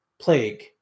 plague